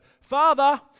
father